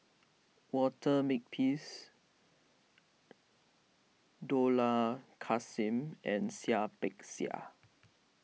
Walter Makepeace Dollah Kassim and Seah Peck Seah